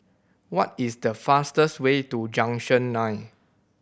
what is the fastest way to Junction Nine